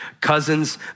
cousins